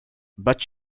but